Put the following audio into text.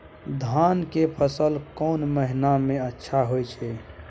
धान के फसल कोन महिना में अच्छा होय छै?